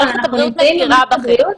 מערכת הבריאות מכירה בכם.